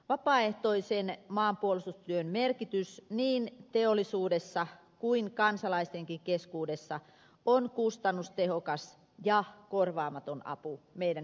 vapaaehtoisen maanpuolustustyön merkitys niin teollisuudessa kuin kansalaistenkin keskuudessa on kustannustehokas ja korvaamaton apu meidän yhteiskunnallemme